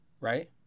right